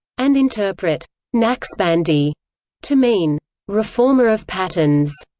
and interpret naqshbandi to mean reformer of patterns,